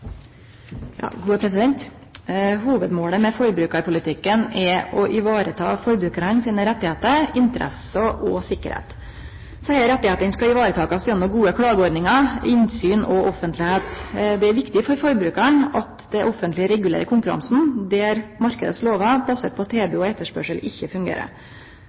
å ivareta forbrukarane sine rettar, interesser og sikkerheit. Desse rettane skal ivaretakast gjennom gode klageordningar, innsyn og offentlegheit. Det er viktig for forbrukarane at det offentlege regulerer konkurransen der marknadslover basert på tilbod og etterspørsel ikkje fungerer.